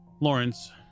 Lawrence